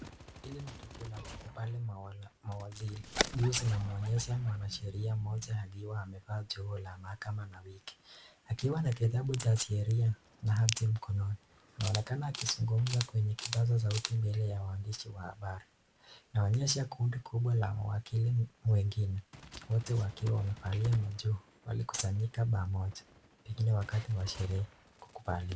Hili ni tukio la kukubali mawazili. Juu inamuonyesha mwanasheria mmoja akiwa amevaa joho la mahakama na wigi . Akiwa na kitabu cha sheria na hati mkononi. Anaonekana akizungumza kwenye kipaza sauti mbele ya waandishi wa habari. Inaonyesha kundi kubwa la wawakili wengine, wote wakiwa wamevalia majuo, walikusanyika pamoja, pengine wakati wa sherehe kukubali.